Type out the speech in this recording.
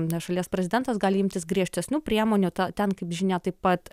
na šalies prezidentas gali imtis griežtesnių priemonių ten kaip žinia taip pat